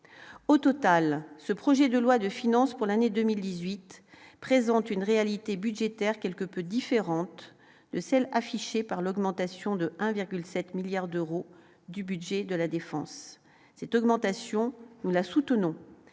au total, ce projet de loi de finances pour l'année 2018 présente une réalité budgétaire quelque peu différente de celle affichée par l'augmentation de 1,7 milliards d'euros du budget de la défense c'est augmentation, nous la soutenons,